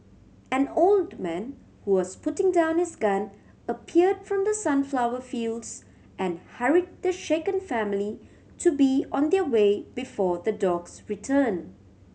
an old man who was putting down his gun appeared from the sunflower fields and hurried the shaken family to be on their way before the dogs return